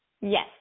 Yes